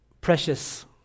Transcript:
Precious